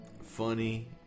funny